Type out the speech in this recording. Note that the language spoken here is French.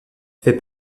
fait